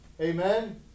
Amen